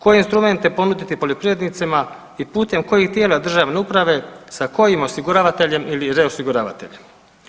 Koje instrumente ponuditi poljoprivrednicima i putem kojih tijela državne uprave, sa kojim osiguravateljem ili reosiguravateljem.